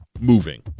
moving